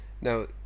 Now